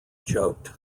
joked